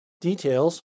Details